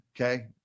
Okay